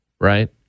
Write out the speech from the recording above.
Right